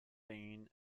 been